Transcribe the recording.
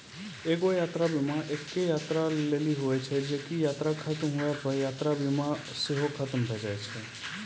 एगो यात्रा बीमा एक्के यात्रा लेली होय छै जे की यात्रा खतम होय पे यात्रा बीमा सेहो खतम होय जाय छै